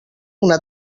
una